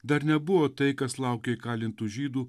dar nebuvo tai kas laukia įkalintų žydų